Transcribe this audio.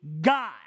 God